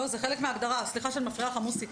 לא, זה חלק מההגדרה, סליחה שאני מפריעה לך מוסי.